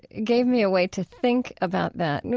gave me a way to think about that,